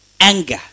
Anger